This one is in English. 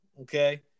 okay